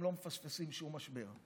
הם לא מפספסים שום משבר,